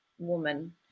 woman